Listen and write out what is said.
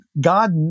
God